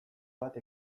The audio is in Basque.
bat